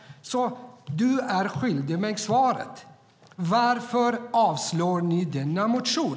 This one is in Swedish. Du är mig svaret skyldig. Varför avstyrker ni denna motion?